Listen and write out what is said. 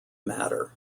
matter